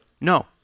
no